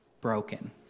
broken